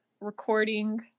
recording